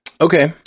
Okay